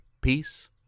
peace